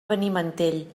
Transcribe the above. benimantell